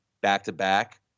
back-to-back